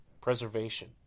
preservation